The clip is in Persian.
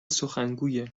سخنگویه